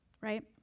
right